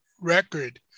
record